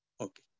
Okay